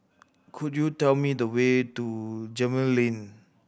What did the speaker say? could you tell me the way to Gemmill Lane